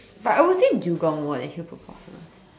but I would say dugong more than hippopotamus